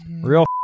Real